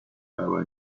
java